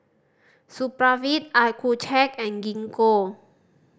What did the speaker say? Supravit Accucheck and Gingko